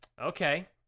Okay